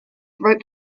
rope